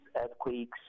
earthquakes